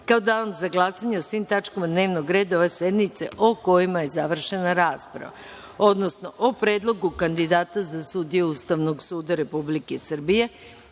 kao Dan za glasanje o svim tačkama dnevnog reda ove sednice o kojima o završena rasprava, odnosno o: Predlogu kandidata za sudije Ustavnog suda Republike Srbije;